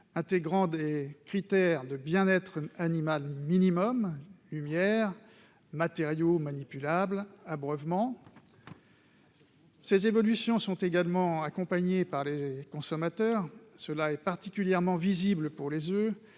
intègre des critères de bien-être animal minimum- lumière, matériaux manipulables, abreuvement, etc. Ces évolutions sont également accompagnées par les consommateurs. C'est particulièrement visible pour les oeufs